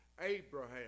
Abraham